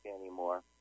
anymore